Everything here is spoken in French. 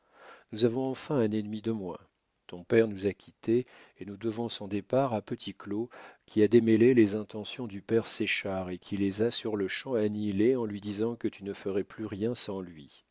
nous avons enfin un ennemi de moins ton père nous a quittés et nous devons son départ à petit claud qui a démêlé les intentions du père séchard et qui les a sur-le-champ annihilées en lui disant que tu ne ferais plus rien sans lui